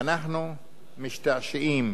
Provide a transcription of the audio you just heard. ואנחנו משתעשעים,